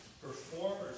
Performers